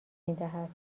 میدهد